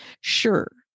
Sure